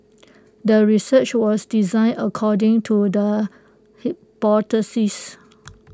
the research was designed according to the hypothesis